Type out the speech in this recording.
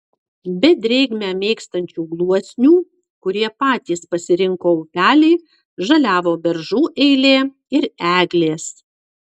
be drėgmę mėgstančių gluosnių kurie patys pasirinko upelį žaliavo beržų eilė ir eglės